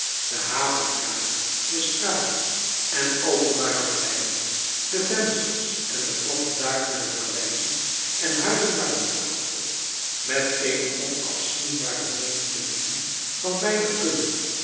de havenkade de straten en openbare pleinen de vensters en de platte daken der paleizen en huizen waren opgepropt met eene onafzienbare menigte lieden van beider kunne